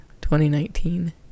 2019